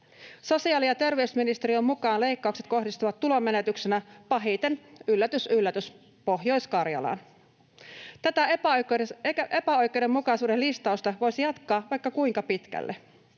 Sosiaali- ja terveysministeriön mukaan leikkaukset kohdistuvat tulonmenetyksenä pahiten, yllätys yllätys, Pohjois-Karjalaan. Tätä epäoikeudenmukaisuuden listausta voisi jatkaa vaikka kuinka pitkälle.